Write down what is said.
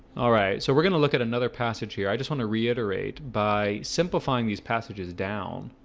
alright, so we're gonna look at another passage here. i just want to reiterate by simplifying these passages down